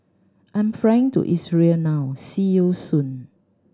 I'm flying to Israel now see you soon